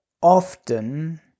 often